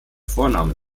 vornamen